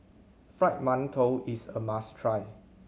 Fried Mantou is a must try